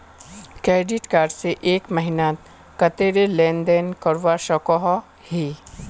Credit card से एक महीनात कतेरी लेन देन करवा सकोहो ही?